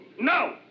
No